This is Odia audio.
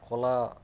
କଲା